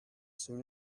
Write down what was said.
soon